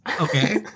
Okay